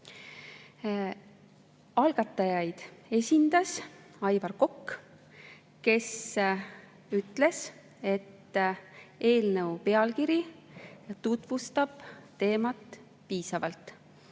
Algatajaid esindas Aivar Kokk, kes ütles, et eelnõu pealkiri tutvustab teemat piisavalt.